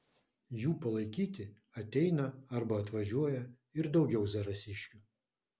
jų palaikyti ateina arba atvažiuoja ir daugiau zarasiškių